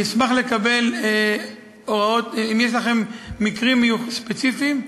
אם ידועים לכם מקרים ספציפיים,